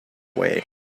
way